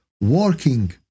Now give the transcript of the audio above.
working